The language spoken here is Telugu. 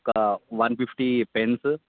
ఒక వన్ ఫిఫ్టీ పెన్స్